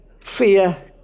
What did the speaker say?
fear